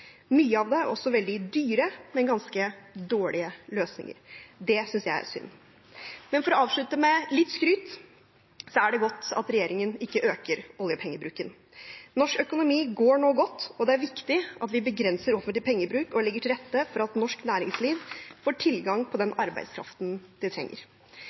Mye av det er også veldig dyre, men ganske dårlige løsninger. Det synes jeg er synd. For å avslutte med litt skryt: Det er godt at regjeringen ikke øker oljepengebruken. Norsk økonomi går nå godt, og det er viktig at vi begrenser offentlig pengebruk og legger til rette for at norsk næringsliv får tilgang på den arbeidskraften de trenger.